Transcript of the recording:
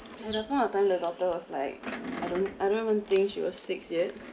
at the point of time the daughter was like I don't I don't even think she was six yet